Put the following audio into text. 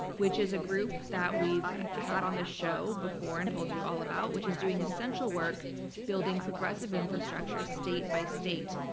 which is a group that we've had on this show before and told you all about, which is doing essential work building progressive infrastructure state by state.